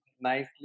Nicely